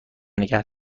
نگه